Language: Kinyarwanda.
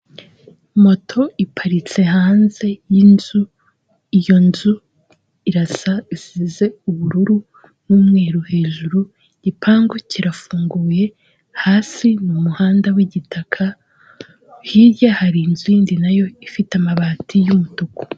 Moto iparitse hanze y'inzu, iyo nzu irasa, isize ubururu n'umweru hejuru, igipangu kirafunguye hasi ni umuhanda w'igitaka, hirya hari inzu yindi na yo ifite amabati y'umutuku.